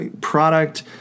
product